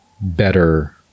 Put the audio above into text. better